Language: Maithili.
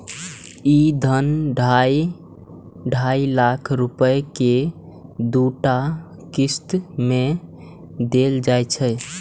ई धन ढाइ ढाइ लाख रुपैया के दूटा किस्त मे देल जाइ छै